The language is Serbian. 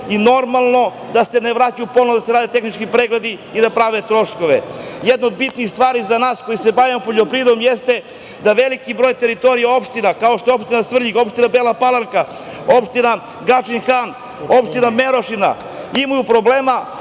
da poprave i da se ne vraćaju da se ponovo rade tehnički pregledi i da prave troškove. Jedno od bitnih stvari za nas koji se bavimo poljoprivredom jeste da veliki broj teritorija opština, kao što je opština Svrljig, opština Bela Palanka, opština Gadžin Han, opština Merošina, imaju problema